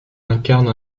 incarne